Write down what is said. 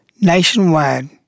nationwide